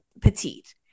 petite